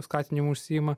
skatinimu užsiima